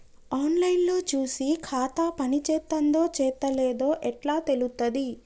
On line లో చూసి ఖాతా పనిచేత్తందో చేత్తలేదో ఎట్లా తెలుత్తది?